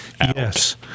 Yes